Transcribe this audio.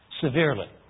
severely